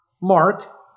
Mark